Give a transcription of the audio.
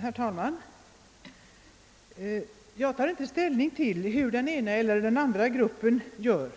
Herr talman! Jag tar inte ställning till hur den ena eller andra gruppen gör.